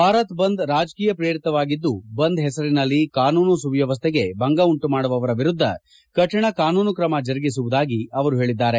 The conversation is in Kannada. ಭಾರತ್ ಬಂದ್ ರಾಜಕೀಯ ಪ್ರೇರಿತವಾಗಿದ್ದು ಬಂದ್ ಪೆಸರಿನಲ್ಲಿ ಕಾನೂನು ಸುವ್ತವಸ್ಥೆಗೆ ಭಂಗ ಉಂಟು ಮಾಡುವರ ವಿರುದ್ದ ಕರಿಣ ಕಾನೂನು ಕ್ರಮ ಜರುಗಿಸುವುದಾಗಿ ಅವರು ಹೇಳಿದ್ದಾರೆ